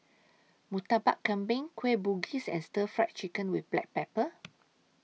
Murtabak Kambing Kueh Bugis and Stir Fry Chicken with Black Pepper